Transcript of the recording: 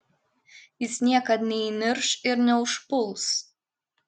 jis niekad neįnirš ir neužpuls